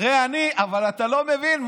אבל אתה לא מבין.